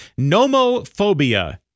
Nomophobia